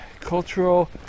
cultural